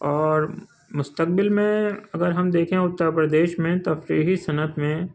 اور مستقبل میں اگر ہم دیکھیں اتّر پردیش میں تفریحی صنعت میں